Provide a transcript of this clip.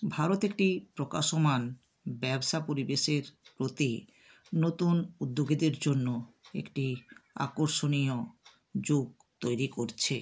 ভারত একটি প্রকাশমান ব্যবসা পরিবেশের প্রতি নতুন উদ্যোগীদের জন্য একটি আকর্ষণীয় যোগ তৈরি করছে